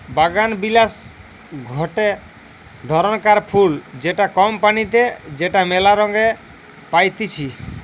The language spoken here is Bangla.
বাগানবিলাস গটে ধরণকার ফুল যেটা কম পানিতে যেটা মেলা রঙে পাইতিছি